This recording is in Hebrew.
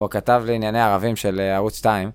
או כתב לענייני ערבים של ערוץ טיים.